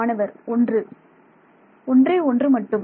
மாணவர் ஒன்று ஒன்றே ஒன்று மட்டும்